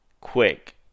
quick